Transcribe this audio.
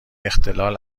اختلال